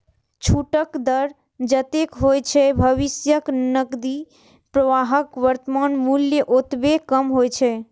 छूटक दर जतेक होइ छै, भविष्यक नकदी प्रवाहक वर्तमान मूल्य ओतबे कम होइ छै